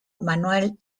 manuel